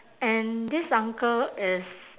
and this uncle is